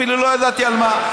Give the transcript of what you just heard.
אפילו לא ידעתי על מה.